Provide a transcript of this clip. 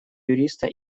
юриста